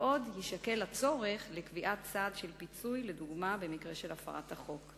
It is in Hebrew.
עוד יישקל הצורך לקביעת צעד של פיצוי לדוגמה במקרה של הפרת החוק.